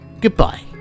goodbye